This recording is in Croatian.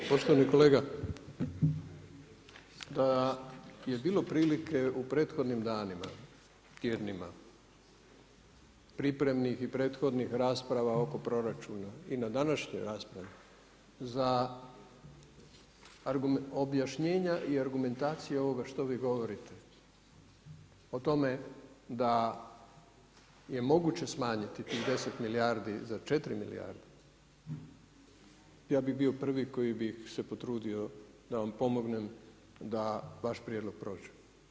Poštovani kolega, … bilo prilike u prethodnim danima, tjednima, pripremnih i prethodnih rasprava oko proračuna i na današnjoj raspravi za objašnjenja i argumentacija ovoga što vi govorite o tome da je moguće smanjiti tih 10 milijardi za 4 milijarde, ja bi bio prvi koji bi se potrudio da vam pomognem da vaš prijedlog prođe.